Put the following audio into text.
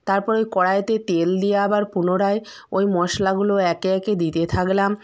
তারপরে ওই কড়াইতে তেল দিয়ে আবার পুনরায় ওই মশলাগুলো একে একে দিতে থাকলাম